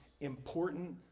important